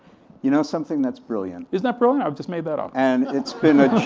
you know something, that's brilliant. isn't that brilliant, i but just made that up. and it's been a